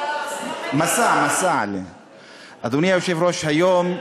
שגרמנים עמדו, ושילמו בחיים שלהם.